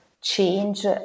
change